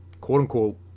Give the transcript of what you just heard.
quote-unquote